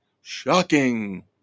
shocking